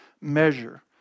measure